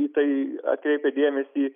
į tai atkreipia dėmesį